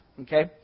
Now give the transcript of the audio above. Okay